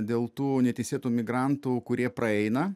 dėl tų neteisėtų migrantų kurie praeina